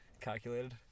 calculated